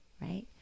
right